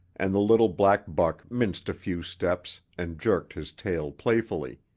and the little black buck minced a few steps and jerked his tail playfully.